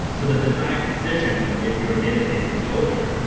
so the design decision if you're a database builder,